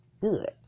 good